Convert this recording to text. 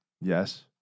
Yes